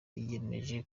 yiyemeje